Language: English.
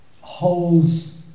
holds